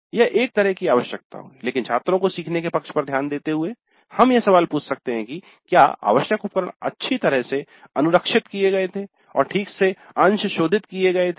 यह एक तरफ की आवश्यकता हुई लेकिन छात्रों के सीखने के पक्ष पर ध्यान देते हुए हम यह सवाल पूछ सकते हैं कि क्या आवश्यक उपकरण अच्छी तरह से अनुरक्षित किये गये थे और ठीक से अंशशोधित किये गए थे